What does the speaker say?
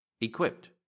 equipped